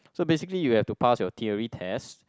so basically you have to pass your theory test